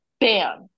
Bam